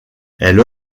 elles